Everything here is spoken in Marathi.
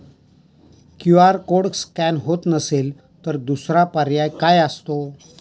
क्यू.आर कोड स्कॅन होत नसेल तर दुसरा पर्याय काय असतो?